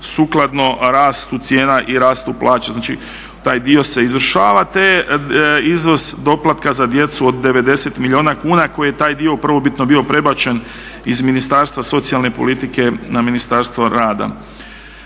sukladno rastu cijena i rastu plaća. Znači taj dio se izvršava te izvoz doplatka za djecu od 90 milijuna kuna koji je taj dio prvobitno bio prebačen iz Ministarstva socijalne politike na Ministarstvo rada.